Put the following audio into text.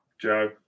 Joe